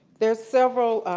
there are several